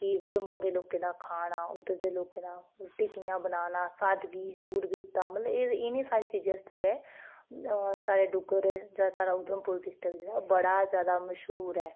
जम्मू दे लोकें दा खाना उद्धर दे लोकें दा रुट्टी कि'यां बनाना सादगी शूरवीरता मतलब इनें सारीं चीजें आस्तै गै साढ़ा डुग्गर जां साढ़ा उधमपुर डिस्ट्रिक्ट जेह्ड़ा बड़ा जादा मशहूर ऐ